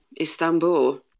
Istanbul